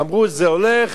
אמרו: זה הולך